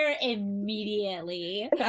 immediately